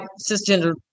cisgender